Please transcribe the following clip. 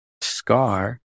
scar